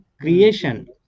creation